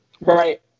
right